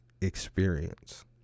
experience